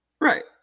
right